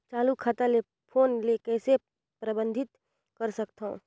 चालू खाता ले फोन ले कइसे प्रतिबंधित कर सकथव?